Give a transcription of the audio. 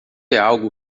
algo